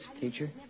teacher